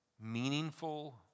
meaningful